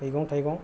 मैगं थाइगं